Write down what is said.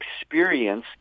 experience